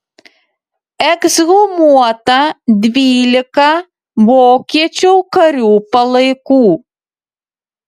ekshumuota dvylika vokiečių karių palaikų